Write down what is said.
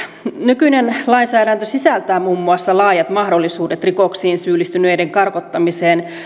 nykyinen lainsäädäntö sisältää muun muassa laajat mahdollisuudet rikoksiin syyllistyneiden karkottamiseen